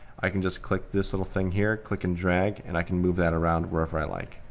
i can just click this little thing here, click and drag, and i can move that around wherever i like.